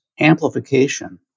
amplification